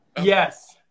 yes